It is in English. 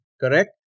correct